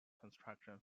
construction